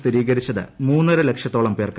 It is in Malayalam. സ്ഥിരീകരിച്ചത് മൂന്നരലക്ഷത്തോളം പേർക്ക്